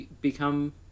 become